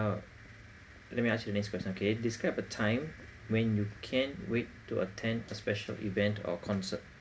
uh let me ask you the next question okay describe a time when you can't wait to attend a special event or concert